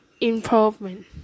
improvement